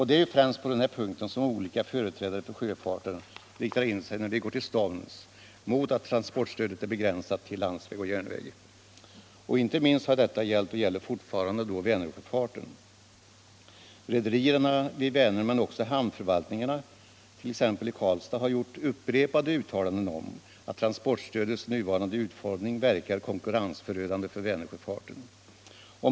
Det är främst på denna punkt som olika företrädare för sjöfarten riktar in sig, när de går till storms mot att transportstödet är begränsat till landsväg och järnväg. Inte minst har detta gällt och gäller fortfarande Vänersjöfarten. Rederierna vid Vänern men också hamnförvaltningarna, t.ex. i Karlstad, har gjort upprepade uttalanden om att transportstödets nuvarande utformning verkar konkurrensförändrande på Vänersjöfarten.